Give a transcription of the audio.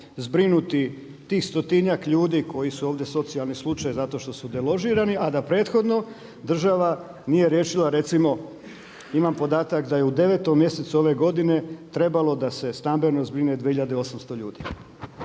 zbrinuti tih stotinjak ljudi koji su ovdje socijalni slučaj, zato što su deložirani, a da prethodno država nije riješila recimo imam podatak da je u 9. mjesecu ove godine trebalo da se stambeno zbrine 2.800 ljudi.